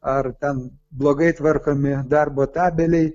ar ten blogai tvarkomi darbo tabeliai